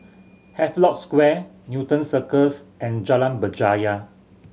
Havelock Square Newton Circus and Jalan Berjaya